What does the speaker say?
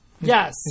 Yes